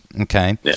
Okay